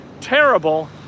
terrible